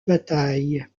batailles